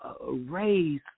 raise